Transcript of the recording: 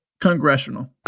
Congressional